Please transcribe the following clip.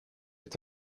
est